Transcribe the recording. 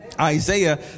Isaiah